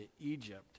Egypt